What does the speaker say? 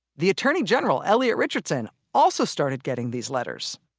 the attorney general elliot richardson also started getting these letters.